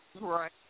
Right